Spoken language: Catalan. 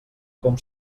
com